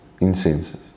incenses